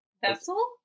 vessel